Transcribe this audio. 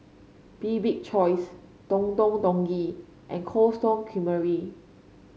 Bibik Choice Don Don Donki and Cold Stone Creamery